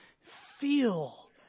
Feel